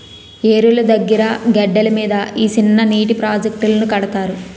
ఏరుల దగ్గిర గెడ్డల మీద ఈ సిన్ననీటి ప్రాజెట్టులను కడతారు